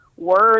words